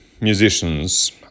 musicians